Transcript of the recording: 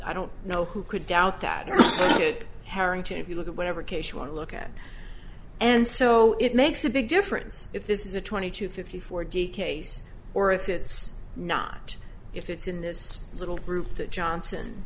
i don't know who could doubt that harrington if you look at whatever case you want to look at and so it makes a big difference if this is a twenty two fifty four d case or if it's not if it's in this little group that johnson